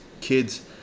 kids